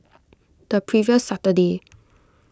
the previous Saturday